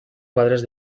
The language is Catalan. quadres